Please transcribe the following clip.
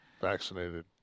vaccinated